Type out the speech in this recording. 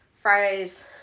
Friday's